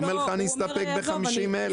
ואומר לך: "אני אסתפק ב-50,000 ₪".